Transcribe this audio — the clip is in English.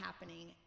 happening